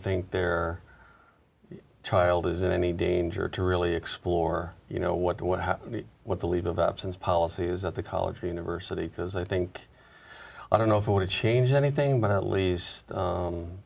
think their child is in any danger to really explore you know what what what the leave of absence policy is that the college or university because i think i don't know if i want to change anything but at least